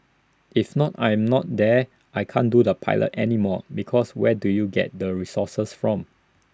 if not I'm not there I can't do the pilot anymore because where do you get the resources from